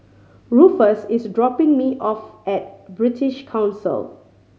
Rufus is dropping me off at British Council